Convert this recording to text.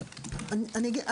גם נכון.